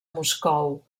moscou